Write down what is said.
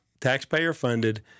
taxpayer-funded